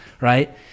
right